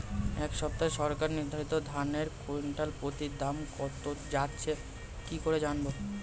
এই সপ্তাহে সরকার নির্ধারিত ধানের কুইন্টাল প্রতি দাম কত যাচ্ছে কি করে জানবো?